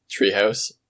Treehouse